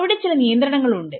അവിടെ ചില നിയന്ത്രണങ്ങൾ ഉണ്ട്